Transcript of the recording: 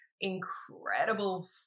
incredible